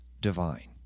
divine